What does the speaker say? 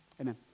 Amen